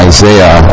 Isaiah